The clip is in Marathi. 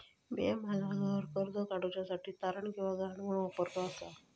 म्या माझा घर कर्ज काडुच्या साठी तारण किंवा गहाण म्हणून वापरलो आसा